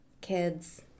kids